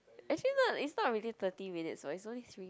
actually not it's not really thirty minutes [what] it's only three